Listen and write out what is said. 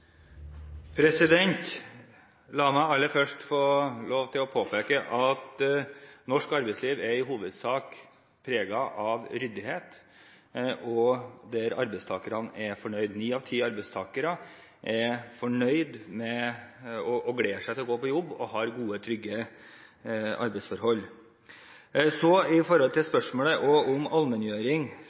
La meg aller først få lov til å påpeke at norsk arbeidsliv i hovedsak er preget av ryddighet, og arbeidstakerne er fornøyd. Ni av ti arbeidstakere er fornøyd, gleder seg til å gå